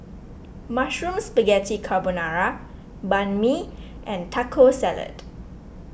Mushroom Spaghetti Carbonara Banh Mi and Taco Salad